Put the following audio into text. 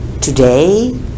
Today